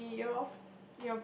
with me your